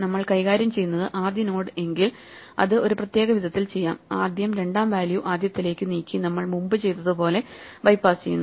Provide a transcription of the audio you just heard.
നമ്മൾ കൈകാര്യം ചെയ്യുന്നതു ആദ്യ നോഡ് എങ്കിൽ അത് ഒരു പ്രത്യേക വിധത്തിൽ ചെയ്യാം ആദ്യം രണ്ടാം വാല്യൂ ആദ്യത്തേതിലേക്കു നീക്കി നമ്മൾ മുമ്പ് ചെയ്തതുപോലെ ബൈപ്പാസ് ചെയ്യുന്നു